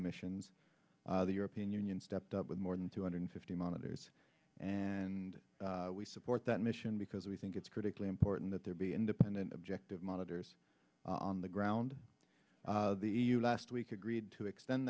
missions the european union stepped up with more than two hundred fifty monitors and we support that mission because we think it's critically important that there be independent objective monitors on the ground the e u last week agreed to extend